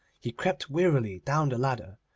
he crept wearily down the ladder,